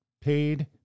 paid